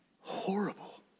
horrible